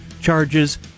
charges